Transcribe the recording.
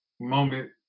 moment